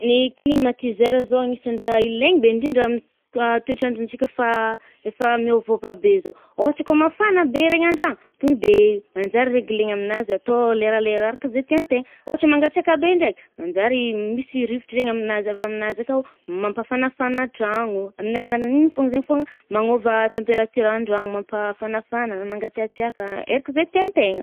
Ny climatiseur zao anisan’ny raha ilegny be ndrindra amy amy teotr’androntsika fà efà miôvôva be zao. Ôhatra koà mafana be regny andra a to de manjary régler-na aminazy atô leralera arak’zay tiàntegna. Ôhatra mangatsiàka regny be ndraiky, manjary misy misy rivotry zaigny aminazy-avy aminazy akào mampafanàfàna tragno. Amin’ny alalan’ngny fôgna zaigny fôgna magnôva température an-dragno, mampàfanafana, mangàtsiàtsiàka, eriki’zay tiantegna.